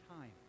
time